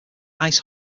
ice